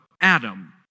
Adam